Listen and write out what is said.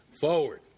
forward